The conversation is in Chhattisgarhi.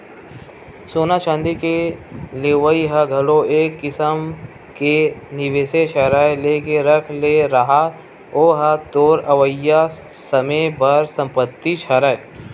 सोना चांदी के लेवई ह घलो एक किसम के निवेसेच हरय लेके रख ले रहा ओहा तोर अवइया समे बर संपत्तिच हरय